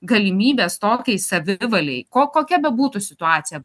galimybės tokiai savivalei ko kokia bebūtų situacija